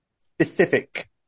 specific